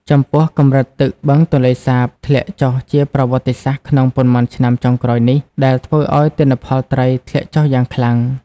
ចំពោះ កម្រិតទឹកបឹងទន្លេសាបធ្លាក់ចុះជាប្រវត្តិសាស្ត្រក្នុងប៉ុន្មានឆ្នាំចុងក្រោយនេះ ដែលធ្វើឱ្យទិន្នផលត្រីធ្លាក់ចុះយ៉ាងខ្លាំង។